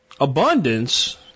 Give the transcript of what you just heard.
Abundance